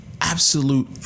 absolute